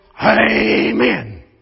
Amen